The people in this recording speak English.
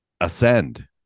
ascend